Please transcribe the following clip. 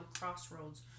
crossroads